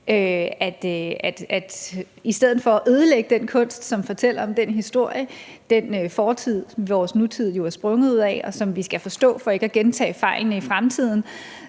I stedet for at ødelægge den kunst, som fortæller om den historie, den fortid, vores nutid er udsprunget af, skal vi forstå den for ikke at gentage fejlene i fremtiden.